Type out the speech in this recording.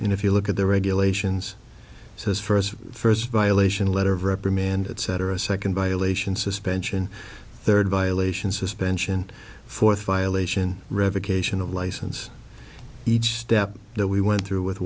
and if you look at the regulations says for us first violation letter of reprimand etc second violation suspension third violation suspension fourth violation revocation of license each step that we went through with